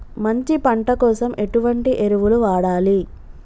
మంచి పంట కోసం ఎటువంటి ఎరువులు వాడాలి?